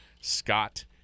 scott